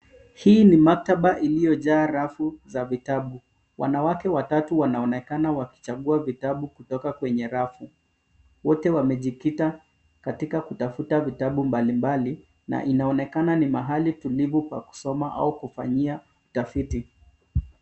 Hii ni maktaba iliyojaa rafu za vitabu. Wanawake watatu wanaonekana wakichagua vitabu kutoka kwenye rafu. Wote wamejikita katika kutafuta vitabu mbalimbali na inaonekana ni mahali tulivu pa kusoma au kufanyia utafiti.